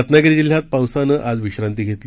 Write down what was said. रत्नागिरी जिल्ह्यात पावसानं आज विश्रांती घेतली